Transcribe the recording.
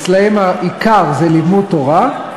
אצלם העיקר זה לימוד תורה,